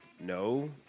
No